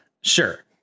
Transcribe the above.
Sure